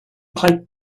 pipe